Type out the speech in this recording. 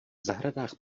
zahradách